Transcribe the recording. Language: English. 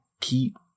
keep